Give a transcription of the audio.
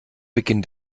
beginn